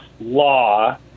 law